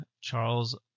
Charles